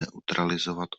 neutralizovat